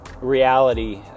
reality